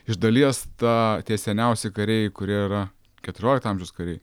iš dalies ta tie seniausi kariai kurie yra keturiolikto amžiaus kariai